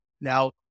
Now